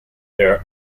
there